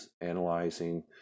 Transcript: analyzing